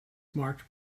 marked